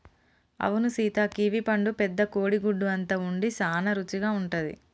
అవును సీత కివీ పండు పెద్ద కోడి గుడ్డు అంత ఉండి సాన రుసిగా ఉంటది